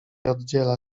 oddziela